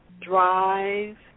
drive